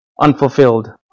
unfulfilled